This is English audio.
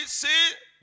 see